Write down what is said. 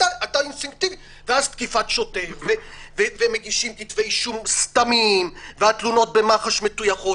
ואז תקיפת שוטר ומגישים כתבי אישום סתמיים והתלונות במח"ש מטויחות.